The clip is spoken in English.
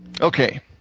Okay